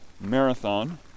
marathon